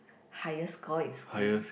highest score in school